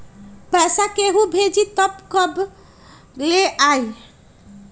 पैसा केहु भेजी त कब ले आई?